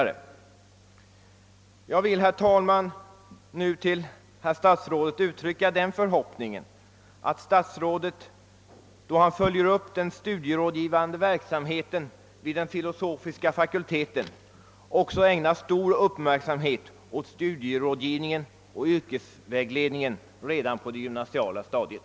Herr talman! Jag vill till herr statsrådet uttrycka den förhoppningen, att statsrådet då han följer upp den studierådgivande verksamheten vid de filosofiska fakulteterna också ägnar stor uppmärksamhet åt studieoch yrkesvägledningen redan på det gymnasiala stadiet.